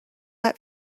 let